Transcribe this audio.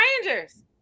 strangers